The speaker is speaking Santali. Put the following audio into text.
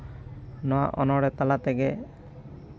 ᱱᱚᱶᱟ ᱚᱱᱚᱲᱦᱮᱸ ᱛᱟᱞᱟ ᱛᱮᱜᱮ